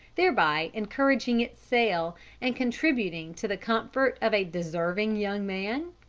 thereby encouraging its sale and contributing to the comfort of a deserving young man?